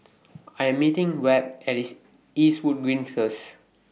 I Am meeting Webb At Eastwood Green First